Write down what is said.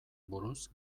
buruz